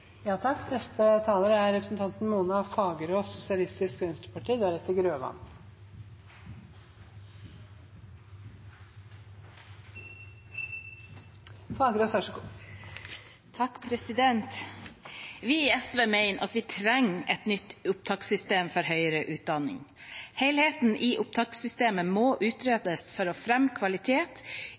Vi i SV mener at vi trenger et nytt opptakssystem for høyere utdanning. Helheten i opptakssystemet må utredes for å fremme kvalitet,